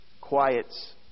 quiets